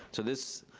so this,